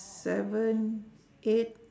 seven eight